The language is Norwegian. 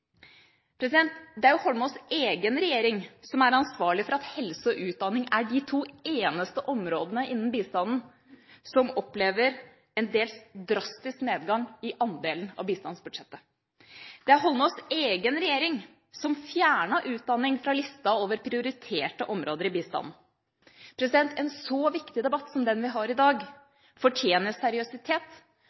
Det er jo Holmås’ egen regjering som er ansvarlig for at helse og utdanning er de to eneste områdene innen bistanden som opplever en til dels drastisk nedgang i andelen av bistandsbudsjettet. Det er Holmås’ egen regjering som fjernet utdanning fra lista over prioriterte områder i bistanden. En så viktig debatt som den vi har i dag, fortjener seriøsitet,